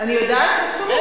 אני יודעת בפירוש.